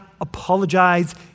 apologize